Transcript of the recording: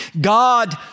God